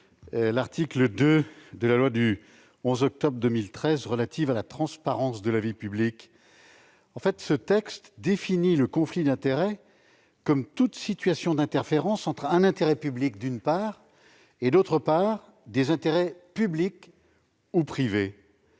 l'article 2 de la loi du 11 octobre 2013 relative à la transparence de la vie publique. Ce texte définit le conflit d'intérêts comme « toute situation d'interférence entre un intérêt public et des intérêts publics ou privés